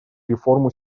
реформу